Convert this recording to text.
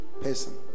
person